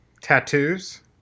Tattoos